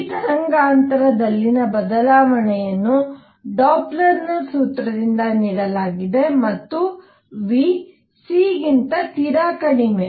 ಈಗ ತರಂಗಾಂತರದಲ್ಲಿನ ಬದಲಾವಣೆಯನ್ನು ಡಾಪ್ಲರ್ನ ಸೂತ್ರದಿಂದ ನೀಡಲಾಗಿದೆ ಮತ್ತು v c ಗಿಂತ ತೀರಾ ಕಡಿಮೆ